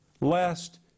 lest